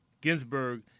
Ginsburg